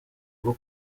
rwo